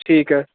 ਠੀਕ ਹੈ